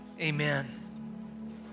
amen